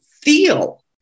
feel